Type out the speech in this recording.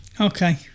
Okay